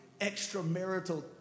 extramarital